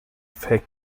fake